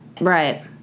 Right